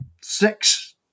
six